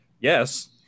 Yes